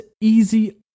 easy